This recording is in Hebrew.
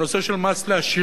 הנושא של מס לעשירים.